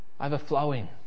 overflowing